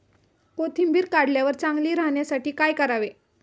कोथिंबीर काढल्यावर चांगली राहण्यासाठी काय करावे?